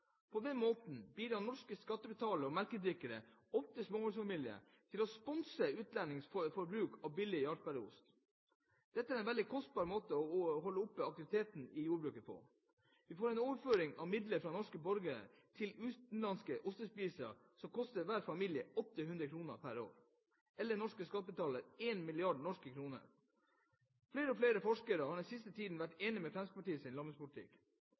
På den måten bidrar norske skattebetalere og melkedrikkere – ofte småbarnsfamilier – til å sponse utlendingers forbruk av billig Jarlsberg-ost. Dette er en veldig kostbar måte å holde oppe aktiviteten i jordbruket på. Vi får en overføring av midler fra norske borgere til utenlandske ostespisere som koster hver familie 800 kr pr. år – eller norske betalere én milliard norske kroner. Flere og flere forskere har den siste tiden vært enig